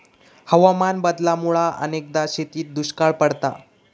हवामान बदलामुळा अनेकदा शेतीत दुष्काळ पडता